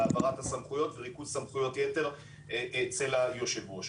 להעברת הסמכויות ולריכוז סמכויות היתר אצל היו"ר.